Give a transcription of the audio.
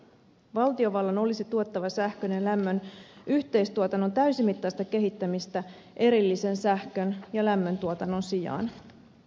valtiovallan olisi tuettava sähkön ja lämmön yhteistuotannon täysimittaista kehittämistä erillisen sähkön ja lämmöntuotannon sijaan